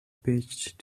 pitched